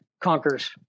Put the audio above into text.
conquers